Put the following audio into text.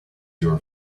your